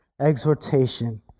exhortation